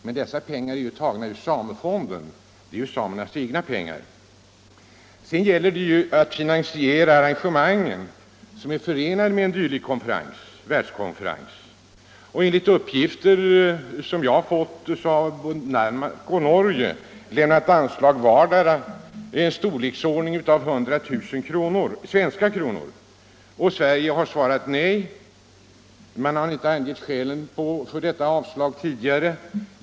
Men dessa pengar är ju tagna ur samefonden; det är ju samernas egna pengar. Det gäller dock att finansiera arrangemangen som är förenade med en dylik världskonferens. Enligt de uppgifter jag har fått har både Danmark och Norge lämnat anslag vardera av storleksordningen 100 000 svenska kronor. Sverige har svarat nej. Man har inte angett skälen för avslaget tidigare.